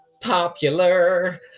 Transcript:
popular